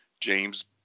James